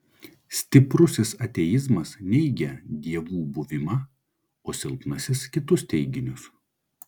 stiprusis ateizmas neigia dievų buvimą o silpnasis kitus teiginius